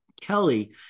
Kelly